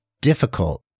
difficult